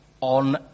on